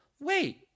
Wait